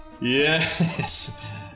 Yes